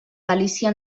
delícia